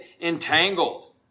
entangled